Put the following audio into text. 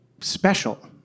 special